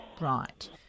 Right